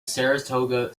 saratoga